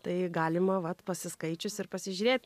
tai galima vat pasiskaičius ir pasižiūrėti